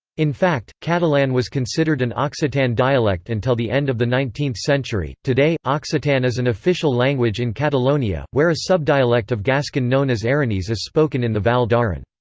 in fact, catalan was considered an occitan dialect until the end of the nineteenth century today, occitan is an official language in catalonia, where a subdialect of gascon known as aranese is spoken in the val d'aran.